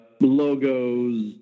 Logos